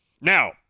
Now